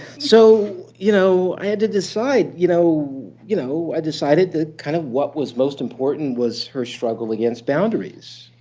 so you know i had to decide. you know you know i decided that kind of what was most important was her struggle against boundaries.